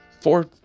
four